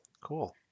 Cool